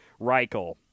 Reichel